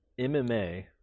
MMA